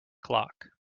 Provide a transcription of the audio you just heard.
clock